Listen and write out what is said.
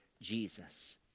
Jesus